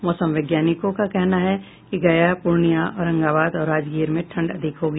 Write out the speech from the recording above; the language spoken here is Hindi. मौसम वैज्ञानिकों ने कहा है कि गया पूर्णिया औरंगाबाद और राजगीर में ठंड अधिक होगी